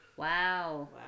Wow